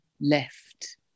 left